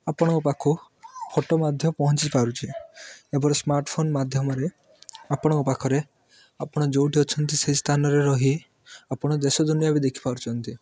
ଆପଣଙ୍କ ପାଖକୁ ଫଟୋ ମଧ୍ୟ ପହଞ୍ଚି ପାରୁଛି ଏବେର ସ୍ମାର୍ଟଫୋନ୍ ମାଧ୍ୟମରେ ଆପଣଙ୍କ ପାଖରେ ଆପଣ ଯେଉଁଠି ଅଛନ୍ତି ସେହି ସ୍ଥାନରେ ରହି ଆପଣ ଦେଶ ଦୁନିଆ ବି ଦେଖିପାରୁଛନ୍ତି